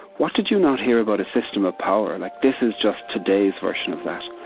what did you not hear about a system of power like, this is just today's version of that.